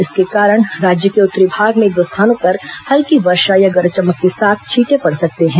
इसके कारण राज्य के उत्तरी भाग में एक दो स्थानों पर हल्की वर्षा या गरज चमक के साथ छींटे पड सकते हैं